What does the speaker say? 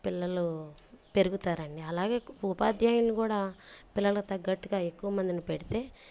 పిల్లలు పెరుగుతారండి అలాగే ఉపాధ్యాయులు కూడా పిల్లలకు తగ్గట్టుగా ఎక్కువ మందిని పెడితే